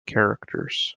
characters